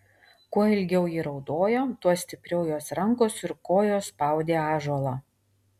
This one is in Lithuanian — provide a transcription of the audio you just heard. kuo ilgiau ji raudojo tuo stipriau jos rankos ir kojos spaudė ąžuolą